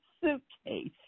suitcase